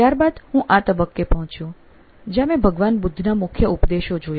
ત્યારે બાદ હું આ તબક્કે પહોંચ્યો જ્યાં મેં ભગવાન બુદ્ધના મુખ્ય ઉપદેશો જોયા